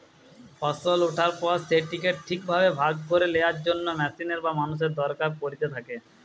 ফসল ওঠার পর সেটিকে ঠিক ভাবে ভাগ করে লেয়ার জন্য মেশিনের বা মানুষের দরকার পড়িতে থাকে